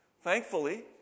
Thankfully